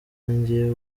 ngiye